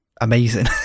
amazing